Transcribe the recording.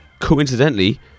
coincidentally